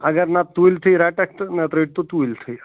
اگر نتہٕ توٗلۍتھٕے رَٹَکھ تہٕ نتہٕ رٹھ تُلۍتھٕے